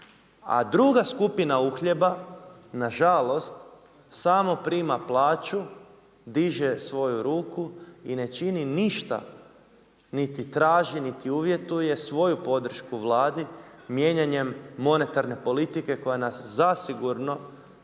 A druga skupina uhljeba, nažalost, samo prima plaću, diže svoju ruku i ne čini ništa, niti traži niti uvjetuje svoju podršku Vladi mijenjanjem monetarne politike koja nas zasigurno